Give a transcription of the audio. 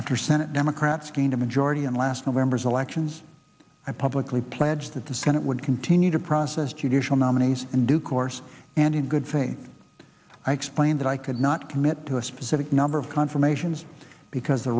after senate democrats gained a majority in last november's elections i publicly pledge that the senate would continue to process judicial nominees in due course and in good faith i explained that i could not commit to a specific number of confirmations because the